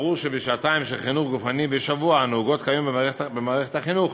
ברור שבשעתיים של חינוך גופני בשבוע הנהוגות כיום במערכת החינוך,